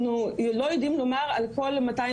אנחנו לא יודעים לומר על כל המאתיים